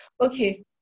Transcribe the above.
Okay